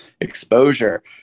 exposure